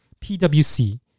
PwC